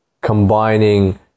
combining